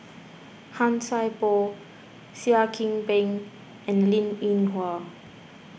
Han Sai Por Seah Kian Peng and Linn in Hua